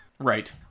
Right